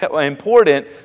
important